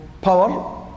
power